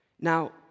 Now